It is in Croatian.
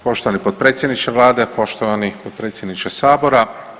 Poštovani potpredsjedniče Vlade, poštovani potpredsjedniče Sabora.